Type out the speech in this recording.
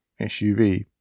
SUV